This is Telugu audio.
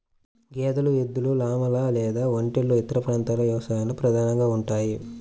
గేదెలు, ఎద్దులు, లామాలు లేదా ఒంటెలు ఇతర ప్రాంతాల వ్యవసాయంలో ప్రధానంగా ఉంటాయి